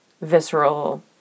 visceral